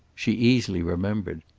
she easily remembered.